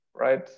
Right